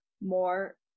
more